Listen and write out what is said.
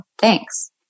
thanks